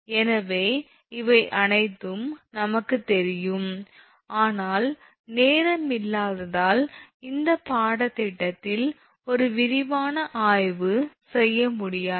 எனவே இவை அனைத்தும் நமக்குத் தெரியும் ஆனால் நேரம் இல்லாததால் இந்த பாடத்திட்டத்தில் ஒரு விரிவான ஆய்வு செய்ய முடியாது